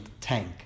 tank